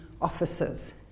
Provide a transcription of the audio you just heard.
officers